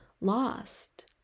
lost